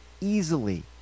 easily